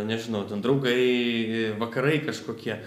nežinau ten draugai vakarai kažkokie